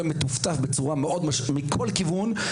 מטפטף להן מידע בצורה מאוד מסוימת מכל כיוון.